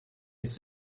ins